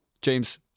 James